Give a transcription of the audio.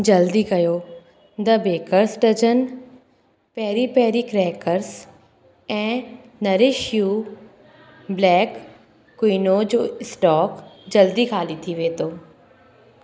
जल्दी कयो the baker's dozen peri peri crackers ऐं नरिश यू ब्लैक क्विनोअ जो स्टोक जल्द ई ख़ाली थी वेंदो